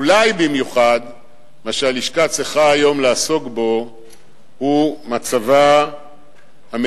אולי במיוחד מה שהלשכה צריכה היום לעסוק בו הוא מצבה המדיני